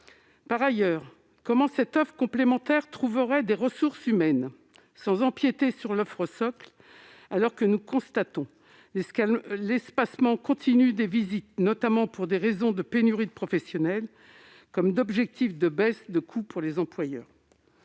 Par ailleurs, comment cette offre complémentaire trouverait-elle des ressources humaines sans empiéter sur l'offre socle, alors que nous constatons l'espacement continu des visites, notamment pour des raisons de pénurie de professionnels comme d'objectif de baisse des coûts pour les employeurs ?